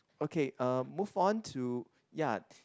okay uh move on to ya